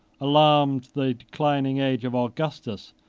alarmed the declining age of augustus,